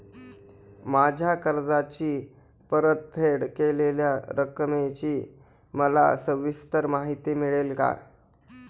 माझ्या कर्जाची परतफेड केलेल्या रकमेची मला सविस्तर माहिती मिळेल का?